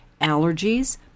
allergies